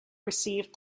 received